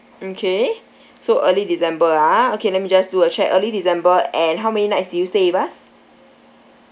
okay so early december ah okay let me just do a check early december and how many nights do you stay with us